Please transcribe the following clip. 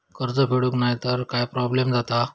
कर्ज फेडूक नाय तर काय प्रोब्लेम जाता?